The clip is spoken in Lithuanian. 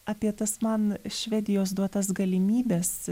apie tas man švedijos duotas galimybes